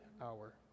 hour